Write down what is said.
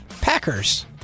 Packers